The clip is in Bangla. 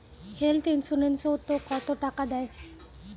হেল্থ ইন্সুরেন্স ওত কত টাকা দেয়?